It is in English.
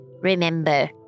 remember